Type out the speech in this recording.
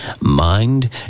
mind